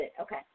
okay